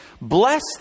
bless